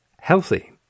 healthy